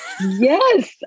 Yes